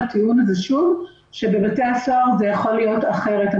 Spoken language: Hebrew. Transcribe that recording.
הטיעון הזה שוב שבבתי הסוהר זה יכול להיות אחרת.